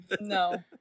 No